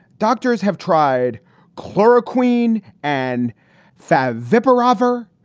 doctors have tried chloro queen and fat viper rover.